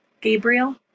Gabriel